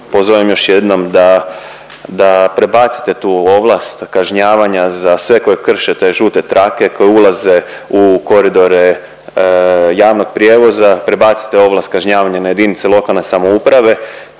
pozovem još jednom da, da prebacite tu ovlast kažnjavanja za sve koji krše te žute trake, koji ulaze u koridore javnog prijevoza, prebacite ovlast kažnjavanja na JLS kako bi stvarno